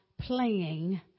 playing